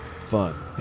fun